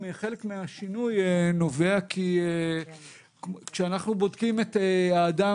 חלק מהשינוי נובע כי כשאנחנו בודקים את האדם